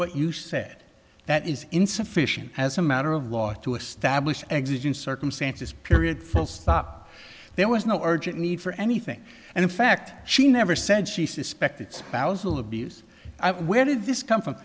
what you said that is insufficient as a matter of law to establish exiting circumstances period full stop there was no urgent need for anything and in fact she never said she suspected spousal abuse where did this come from